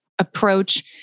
approach